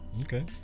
Okay